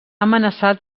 amenaçat